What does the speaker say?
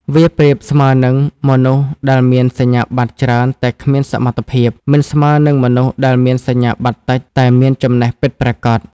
វាប្រៀបស្មើនឹង មនុស្សដែលមានសញ្ញាបត្រច្រើនតែគ្មានសមត្ថភាព មិនស្មើនឹងមនុស្សដែលមានសញ្ញាបត្រតិចតែមានចំណេះពិតប្រាកដ។